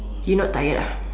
you not tired ah